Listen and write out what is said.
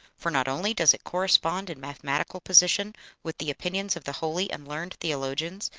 for not only does it correspond in mathematical position with the opinions of the holy and learned theologians,